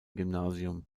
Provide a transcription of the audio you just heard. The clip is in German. gymnasium